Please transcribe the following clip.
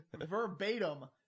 verbatim